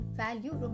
value